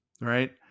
right